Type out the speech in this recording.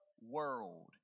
world